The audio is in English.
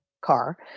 car